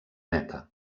meta